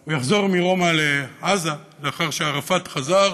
הוא יחזור מרומא לעזה, לאחר שערפאת חזר,